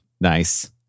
Nice